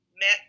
met